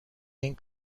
این